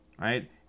Right